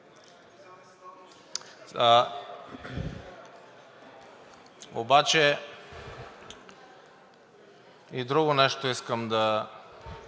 Обаче и друго нещо искам да